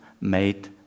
made